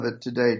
today